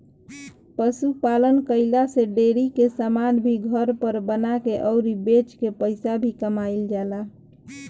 पशु पालन कईला से डेरी के समान भी घर पर बना के अउरी बेच के पईसा भी कमाईल जाला